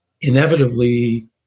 inevitably